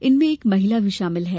इनमें एक महिला भी शामिल है